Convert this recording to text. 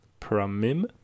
Pramim